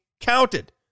counted